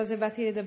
לא על זה באתי לדבר,